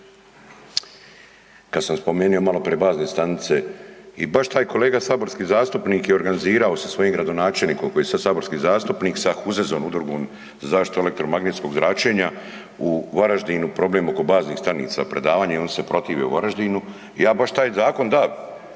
Kad sam spomenuo maloprije bazne stanice i baš taj kolega saborski zastupnik je organizirao sa svojim gradonačelnikom koji je sada saborski zastupnik sa …/nerazumljivo/… Udrugom za zaštitu elektromagnetskog zračenja u Varaždinu problem oko baznih stanica, predavanje i oni se protive u Varaždinu i ja baš taj zakon da